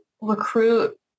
recruit